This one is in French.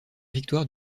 victoire